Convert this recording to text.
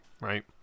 right